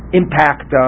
impact